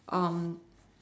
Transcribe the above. um